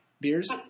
Beers